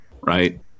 right